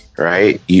Right